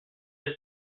his